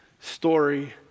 story